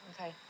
Okay